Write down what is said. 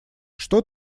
что